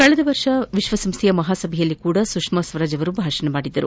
ಕೆಳೆದ ವರ್ಷ ವಿಶ್ವಸಂಸ್ಥೆಯ ಮಹಾಸಭೆಯಲ್ಲಿಯೂ ಕೂಡಾ ಸುಷ್ಮಾ ಸ್ವರಾಜ್ ಭಾಷಣ ಮಾಡಿದ್ದರು